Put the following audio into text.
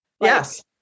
Yes